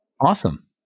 Awesome